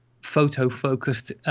photo-focused